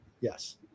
Yes